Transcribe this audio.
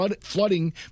flooding